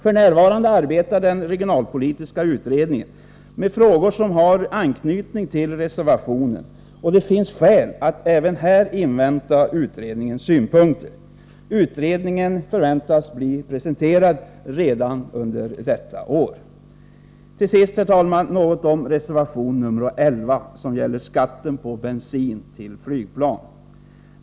F.n. arbetar den regionalpolitiska utredningen med frågor som har anknytning till reservationen, och det finns skäl att även här invänta utredningens synpunkter. Utredningen förväntas bli presenterad redan under detta år. Till sist, herr talman, något om reservation 11, som gäller skatten på bensin till flygplan.